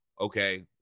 okay